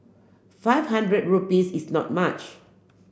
five hundred rupees is not much